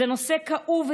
זה נושא כאוב,